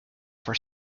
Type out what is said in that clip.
for